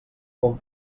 com